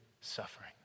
suffering